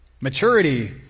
maturity